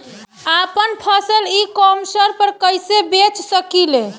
आपन फसल e commerce पर कईसे बेच सकिले?